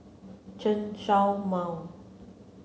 Chen Show Mao